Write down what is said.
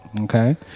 okay